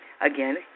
again